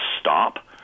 stop